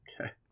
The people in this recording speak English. okay